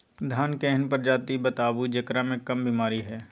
धान के एहन प्रजाति बताबू जेकरा मे कम बीमारी हैय?